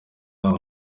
yabo